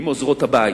עם עוזרות הבית,